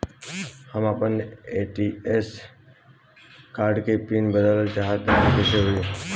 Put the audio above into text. हम आपन ATM card के पीन बदलल चाहऽ तनि कइसे होई?